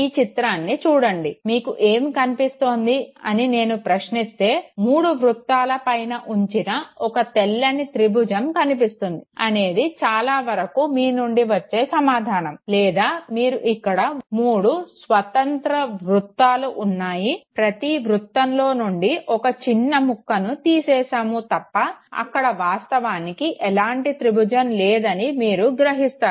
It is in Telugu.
ఈ చిత్రాన్ని చూడండి మీకు ఏమి కనిపిస్తోందని నేను ప్రశ్నిస్తే మూడు వృత్తాల పైన ఉంచిన ఒక తెల్లని త్రిభుజం కనిపిస్తుంది అనేది చాలా వరకు మీ నుండి వచ్చే సమాధానం లేదా మీరు ఇక్కడ మూడు స్వతంత్ర వృత్తాలు ఉన్నాయి ప్రతి వృతంలో నుండి ఒక చిన్న ముక్కని తీసేసాము తప్ప అక్కడ వాస్తవానికి ఎలాంటి త్రిభుజం లేదని మీరు గ్రహిస్తారు